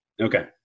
Okay